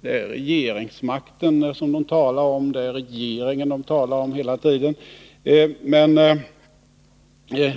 Det är regeringsmakten och regeringen de talar om hela tiden.